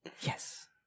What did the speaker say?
Yes